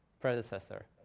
predecessor